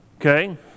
Okay